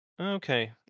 Okay